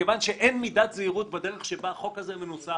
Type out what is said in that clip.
מכיוון שאין מידת זהירות בדרך שבה החוק הזה מנוסח